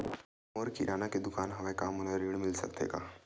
मोर किराना के दुकान हवय का मोला ऋण मिल सकथे का?